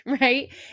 right